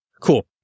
cool